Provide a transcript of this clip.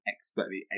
expertly